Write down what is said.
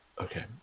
Okay